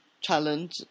challenge